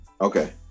okay